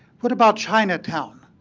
what about chinatown?